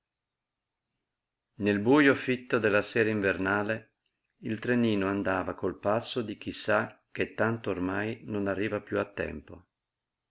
nel bujo fitto della sera invernale il trenino andava col passo di chi sa che tanto ormai non arriva piú a tempo